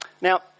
Now